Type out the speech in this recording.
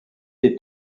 est